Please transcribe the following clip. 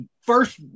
first